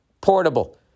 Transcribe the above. portable